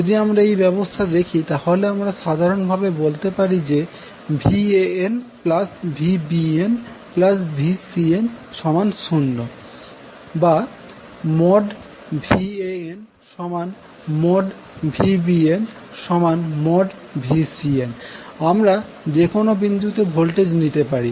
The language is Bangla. যদি আমরা এই ব্যাবস্থা দেখি তাহলে আমরা সাধারন ভাবে বলতে পারি যে VanVbnVcn0 VanVbnVcn আমরা যেকোনো বিন্দুতে ভোল্টেজ নিতে পারি